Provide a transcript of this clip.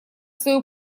свою